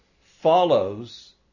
follows